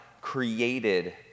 created